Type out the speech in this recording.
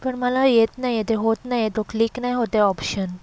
पण मला येत नाही आहे ते होत नाही आहे तो क्लिक नाही होत आहे ऑप्शन